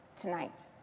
tonight